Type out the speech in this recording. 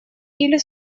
или